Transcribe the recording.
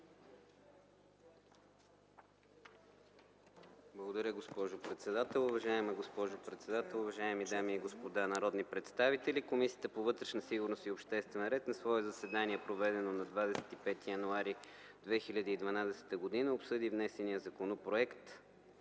Благодаря, госпожо председател. Уважаема госпожо председател, уважаеми дами и господа народни представители! „Комисията по вътрешна сигурност и обществен ред на свое заседание, проведено на 25 януари 2012 г., обсъди внесения Законопроект